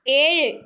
ഏഴ്